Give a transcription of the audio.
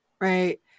right